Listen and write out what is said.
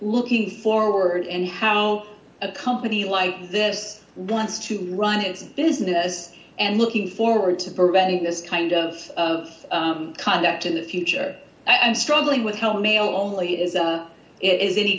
looking forward and how a company like this wants to run its business and looking forward to prevent this kind of conduct in the future and struggling with tell me only as it is any